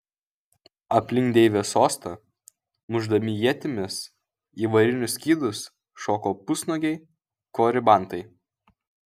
aplink deivės sostą mušdami ietimis į varinius skydus šoko pusnuogiai koribantai